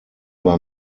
bei